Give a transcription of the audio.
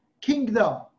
kingdom